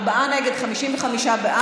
ארבעה בעד, 55 נגד.